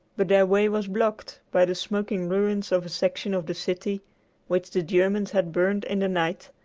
but their way was blocked by the smoking ruins of a section of the city which the germans had burned in the night,